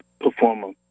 Performer